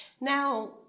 now